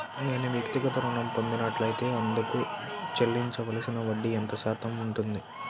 నేను వ్యక్తిగత ఋణం పొందినట్లైతే అందుకు చెల్లించవలసిన వడ్డీ ఎంత శాతం ఉంటుంది?